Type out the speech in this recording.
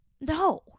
no